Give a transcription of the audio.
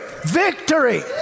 victory